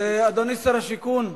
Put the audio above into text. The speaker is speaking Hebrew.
אדוני שר השיכון,